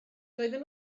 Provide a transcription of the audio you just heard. doedden